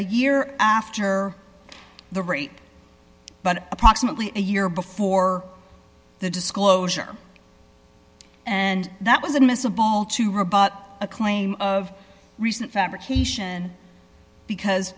a year after the rape but approximately a year before the disclosure and that was admissible all to rebut a claim of recent fabrication because